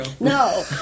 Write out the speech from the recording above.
no